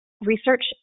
research